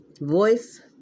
voice